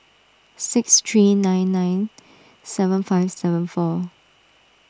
six three nine nine seven five seven four